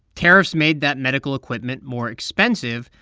tariffs made that medical equipment more expensive,